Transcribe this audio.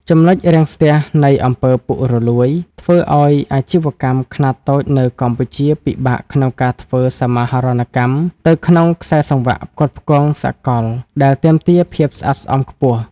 ចំណុចរាំងស្ទះនៃ អំពើពុករលួយ ធ្វើឱ្យអាជីវកម្មខ្នាតតូចនៅកម្ពុជាពិបាកក្នុងការធ្វើសមាហរណកម្មទៅក្នុងខ្សែសង្វាក់ផ្គត់ផ្គង់សកលដែលទាមទារភាពស្អាតស្អំខ្ពស់។